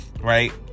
right